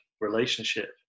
relationship